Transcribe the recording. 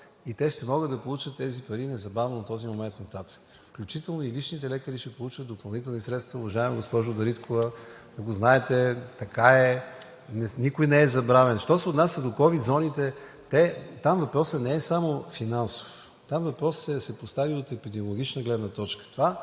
и те ще могат да получат тези пари незабавно от този момент нататък, включително и личните лекари ще получат допълнителни средства, уважаема госпожо Дариткова – да го знаете, така е и никой не е забравен. Що се отнася до ковид зоните, там въпросът не е само финансов, там въпросът е да се постави от епидемиологична гледна точка.